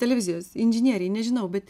televizijos inžinieriai nežinau bet